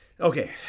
Okay